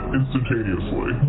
instantaneously